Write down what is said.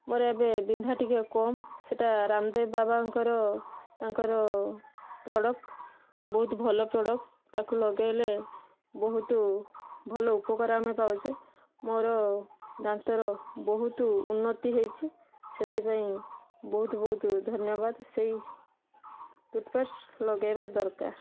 ମୋର ଏବେ ବିନ୍ଧା ଟିକେ କମ ସେଟା ରାମଦେବ ବାବାଙ୍କର ତାଙ୍କର ପ୍ରଡ଼କ୍ଟ ବହୁତ ଭଲ ପ୍ରଡ଼କ୍ଟ ତାକୁ ଲଗେଇଲେ ବହୁତ ଭଲ ଉପକାର ଆମେ ପାଉଛେ ମୋର ଦାନ୍ତର ବହୁତ ଉନ୍ନତି ହେଇଛି ସେଥିପାଇଁ ବହୁତ ବହୁତ ଧନ୍ୟବାଦ ସେଇ ଟୂଥ୍ପେଷ୍ଟ ଲଗେଇବା ଦରକାର